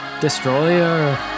Destroyer